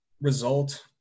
result